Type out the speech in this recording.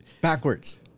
Backwards